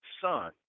son